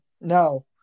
no